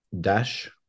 Dash